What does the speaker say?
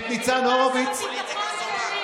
את ניצן הורוביץ, זו פוליטיקה זולה.